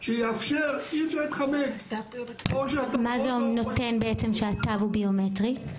שיאפשר --- מה זה נותן בעצם שהתו הוא ביומטרי?